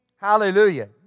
Hallelujah